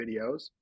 videos